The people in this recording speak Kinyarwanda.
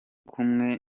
kumwe